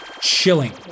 chilling